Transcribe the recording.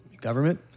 government